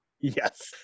Yes